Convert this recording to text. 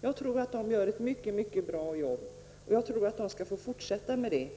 Jag tror att den gör ett mycket mycket bra jobb och anser att den skall få fortsätta med det.